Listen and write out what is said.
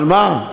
על מה?